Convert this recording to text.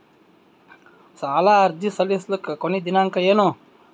ಸಾಲ ಅರ್ಜಿ ಸಲ್ಲಿಸಲಿಕ ಕೊನಿ ದಿನಾಂಕ ಏನು?